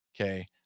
okay